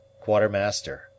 quartermaster